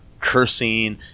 cursing